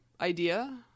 idea